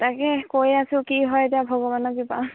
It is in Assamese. তাকে কৈ আছো কি হয় এতিয়া ভগৱানৰ কৃপা